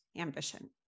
ambition